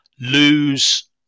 lose